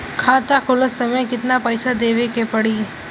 खाता खोलत समय कितना पैसा देवे के पड़ी?